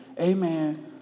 amen